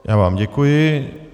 Já vám děkuji.